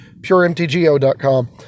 puremtgo.com